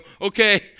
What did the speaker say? okay